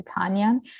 Italian